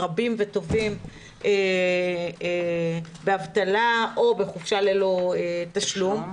רבים וטובים באבטלה או בחופשה ללא תשלום,